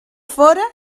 fora